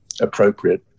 appropriate